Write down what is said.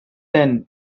then